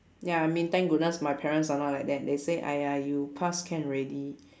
ya I mean thank goodness my parents are not like that they say !aiya! you pass can already